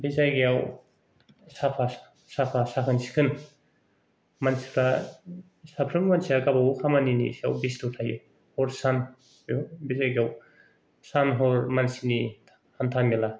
बे जायगायाव साफा साफा साखोन सिखोन मानसिफ्रा साफ्रोम मानसिफ्रा गावबा गाव खामानियाव ब्सथआव थायो हर सान बे जायगायाव सान हर मानसिनि हान्था मेला